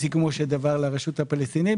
לרשות הפלסטינית.